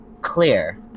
clear